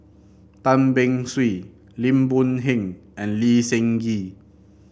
Tan Beng Swee Lim Boon Heng and Lee Seng Gee